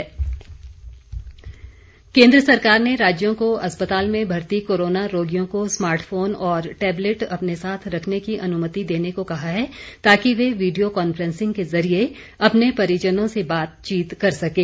corona smartphone केंद्र सरकार ने राज्यों को अस्पताल में भर्ती कोरोना रोगियों को स्मार्टफोन और टेबलेट अपने साथ रखने की अनुमति देने को कहा है ताकि वे वीडियो कॉन्फ्रेंसिंग के जरिए अपने परिजनों से बातचीत कर सकें